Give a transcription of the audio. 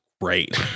great